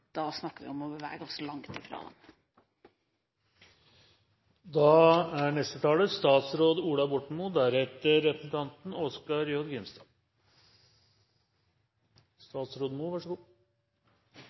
da snakker vi om å bevege oss langt bort fra dem.